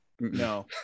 no